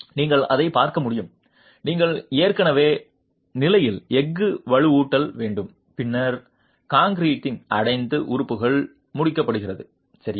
நீங்கள் அதை பார்க்க முடியும் நீங்கள் ஏற்கனவே நிலையில் எஃகு வலுவூட்டல் வேண்டும் பின்னர் கான்க்ரீட்டிங் அடைத்து உறுப்பு முடிக்கபடுகிறது சரியா